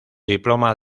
diploma